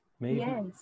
Yes